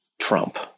Trump